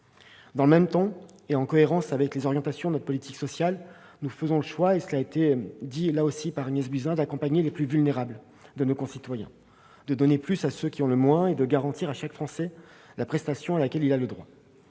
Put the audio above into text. Dans le même temps, et en cohérence avec les orientations de notre politique sociale, nous faisons le choix, comme l'a dit Agnès Buzyn, d'accompagner les plus vulnérables de nos concitoyens, de donner plus à ceux qui ont le moins, et de garantir à chaque Français la prestation à laquelle il a droit.